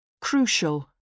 Crucial